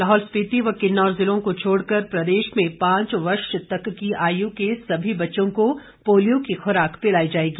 लाहौल स्पीति व किन्नौर जिलों को छोड़कर प्रदेश में पांच वर्ष तक की आयु तक के सभी बच्चों को पोलियो की खुराक पिलाई जाएगी